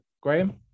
Graham